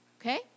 okay